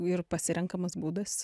ir pasirenkamas būdas